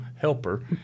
helper